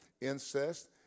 incest